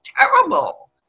terrible